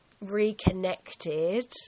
reconnected